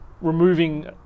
removing